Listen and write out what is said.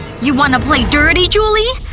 you wanna play dirty, julie?